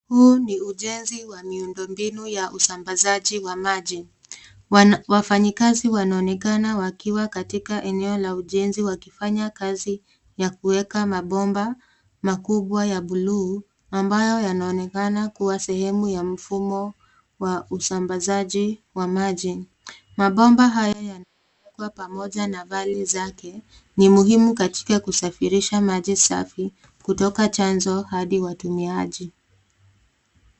Huu ni ujenzi wa miundo mbinu ya usamabazaji wa maji. Wafanyikazi wanaonekana wakiwa katika eneo la ujenzi wakifanya kazi ya kuweka mabomba makubwa ya buluu, ambayo yanaonekana kuwa sehemu ya mfumo wa usambazaji wa maji. Mabomba hayo yamewekwa pamoja na vali zake. Ni muhimu katika kusafirisha maji safi, kutoka chanzo hadi watumiaji.